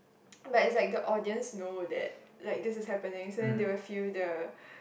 but it's like the audience know that like this is happening so then they will feel the